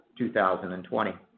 2020